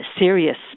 serious